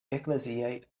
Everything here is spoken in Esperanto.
ekleziaj